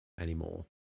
anymore